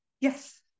Yes